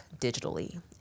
digitally